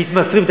מתמסרים.